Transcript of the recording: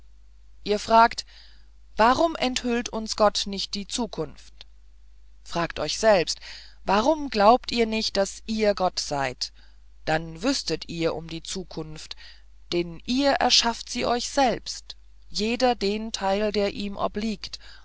ihr fragt warum enthüllt uns gott nicht die zukunft fragt euch selbst warum glaubt ihr nicht daß ihr gott seid dann wüßtet ihr um die zukunft denn ihr schaffet sie euch selbst jeder den teil der ihm obliegt